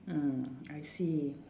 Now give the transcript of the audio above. mm I see